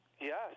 Yes